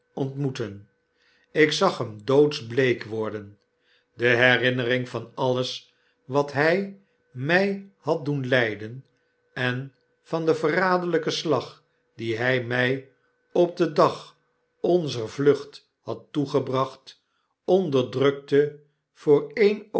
ontmoetten ik zag hem doodsbleek worden de herinnering van alles wat hy my had doen lyden en van den verraderlijken slag dien hy my op den dag onzer vlucht had toegebracht onderdrukte voor een